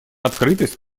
открытость